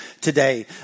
today